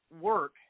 work